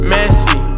Messy